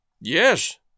Yes